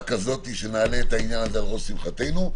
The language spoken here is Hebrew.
כזאת שנעלה את העניין הזה על ראש שמחתנו,